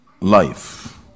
life